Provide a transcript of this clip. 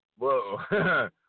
whoa